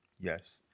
yes